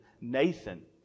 Nathan